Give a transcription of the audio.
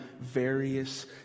various